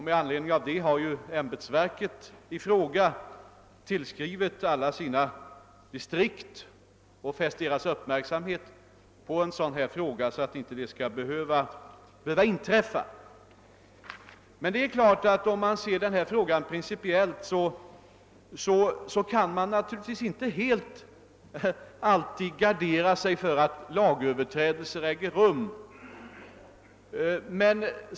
Med anledning av detta har ämbetsverket i fråga tillskrivit alla sina distrikt och fäst deras uppmärksamhet på förhållandet för att undvika en upprepning. Principiellt kan man naturligtvis inte helt gardera sig mot lagöverträdelser.